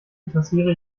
interessiere